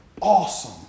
awesome